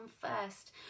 first